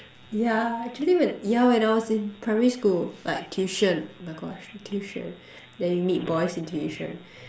yeah actually when yeah when I was in primary school like tuition my gosh in tuition then you meet boys in tuition